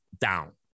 down